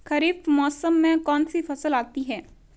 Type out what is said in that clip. खरीफ मौसम में कौनसी फसल आती हैं?